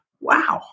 wow